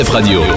Radio